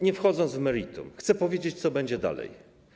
Nie wchodząc w meritum, chcę powiedzieć, co będzie dalej.